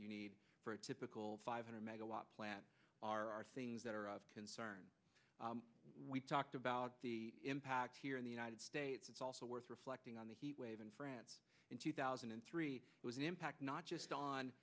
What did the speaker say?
you need for a typical five hundred megawatt plant are things that are of concern we talked about the impact here in the united states it's also worth reflecting on the heat wave in france in two thousand and three was an impact not just on